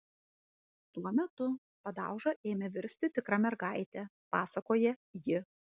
tuo metu padauža ėmė virsti tikra mergaite pasakoja ji